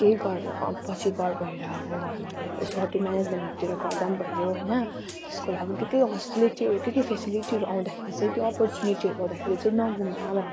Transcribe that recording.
केही गर् पछि गर् गएर अब हामीले होटेल मेनेजमेन्टहरूतिर गर्दा भयो होइन त्यसको लागि त्यही होस्टेलिटीहरू के के फेसिलिटीहरू आउँदा चाहिँ त्यो अपुर्चुनिटीहरू पाउँदाखेरि चाहिँ नगुमाउ भनेर भन्नु हुन्छ